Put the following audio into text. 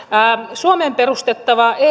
suomeen perustettava